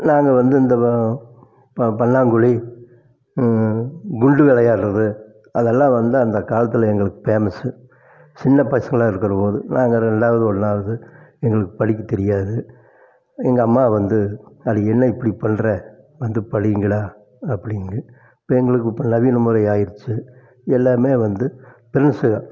நாங்கள் வந்து இந்த வ ப பல்லாங்குழி குண்டு விளையாடுறது அதெல்லாம் வந்து அந்தக் காலத்தில் எங்களுக்கு பேமஸ் சின்னப் பசங்களா இருக்குறபோது நாங்கள் ரெண்டாவது ஒன்றாவது எங்களுக்கு படிக்க தெரியாது எங்கள் அம்மா வந்து அட என்ன இப்படி பண்ணுற வந்து படிங்கடா அப்படிங்கும் இப்போது எங்களுக்கு இப்போது நவீன முறையாகிருச்சு எல்லாமே வந்து ப்ரெண்ட்ஸ்ஸுங்க